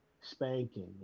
spanking